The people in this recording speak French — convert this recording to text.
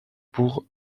pour